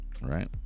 Right